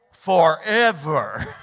Forever